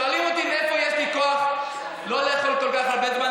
שואלים אותי מאיפה יש לי כוח לא לאכול כל כך הרבה זמן.